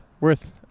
worth